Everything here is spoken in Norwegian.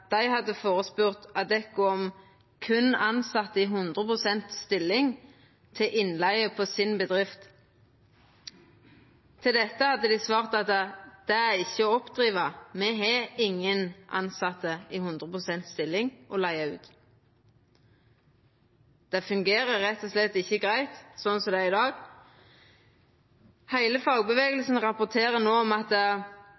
dei hadde spurt Adecco om berre tilsette i 100 pst. stilling til innleige i si bedrift. Til dette hadde dei svart at det ikkje var å oppdriva; dei hadde ingen tilsette i 100 pst. stilling å leiga ut. Det fungerer rett og slett ikkje greitt slik det er i dag. Heile